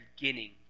beginning